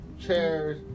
chairs